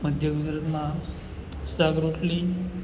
મધ્ય ગુજરાતમાં શાક રોટલી